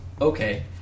Okay